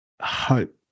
hope